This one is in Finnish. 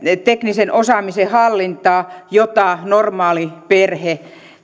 teknisen osaamisen hallintaa joita normaali perhe